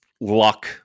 luck